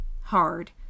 hard